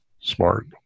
smart